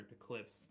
eclipse